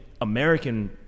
american